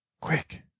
Quick